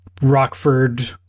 Rockford